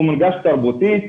הוא מונגש תרבותית,